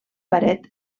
paret